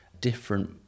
different